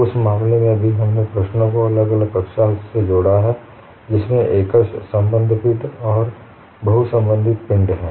उस मामले में भी हमने प्रश्नों को अलग अलग कक्षा से जोड़ा है जिसमें एकश संबंद्धपिंड और बहुसंबंधित पिंड हैं